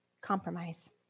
compromise